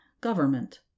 government